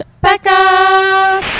becca